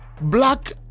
Black